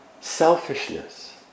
selfishness